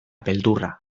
beldurra